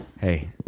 Hey